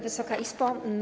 Wysoka Izbo!